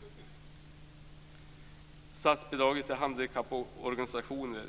När det gäller statsbidrag till handikapporganisationer